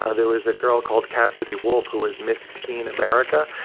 ah there was a girl called cassidy wolf, who was miss teen america.